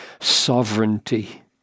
sovereignty